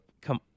come